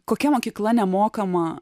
kokia mokykla nemokama